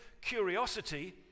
curiosity